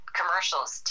commercials